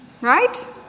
right